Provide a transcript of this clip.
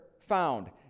found